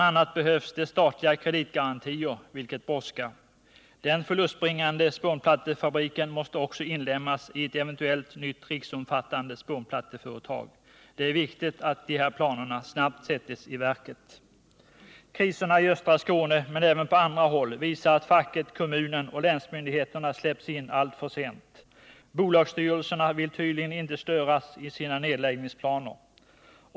a. behövs det statliga kreditgarantier, och dessa brådskar. Den förlustbringande spånplattefabriken måste också inlemmas i ett eventuellt nytt riksomfattande spånplatteföretag. Det är viktigt att de här planerna snabbt sätts i verket. Kriserna i östra Skåne men även på andra håll visar att facket, kommunen och länsmyndigheterna släpps in alltför sent. Bolagsstyrelserna vill tydligen inte störas i sina nedläggningsplaner.